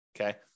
okay